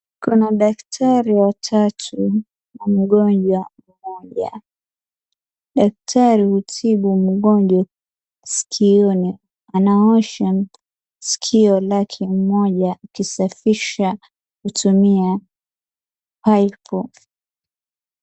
Kuna daktari watatu na mgonjwa mmoja. Daktari humtibu mgonjwa sikioni. Anaosha sikio lake moja akisafisha kutumia paipu.